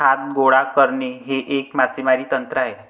हात गोळा करणे हे एक मासेमारी तंत्र आहे